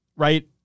right